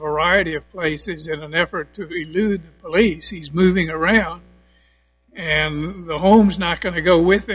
variety of places in an effort to be dude police he's moving around and the homes not going to go with